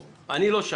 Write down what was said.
אני לא שם.